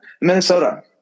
Minnesota